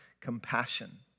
compassion